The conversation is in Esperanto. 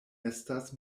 estas